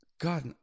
God